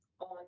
on